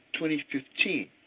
2015